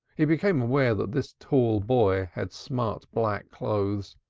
he became aware that this tall boy had smart black clothes,